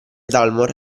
dalmor